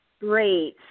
great